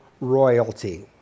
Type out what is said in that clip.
royalty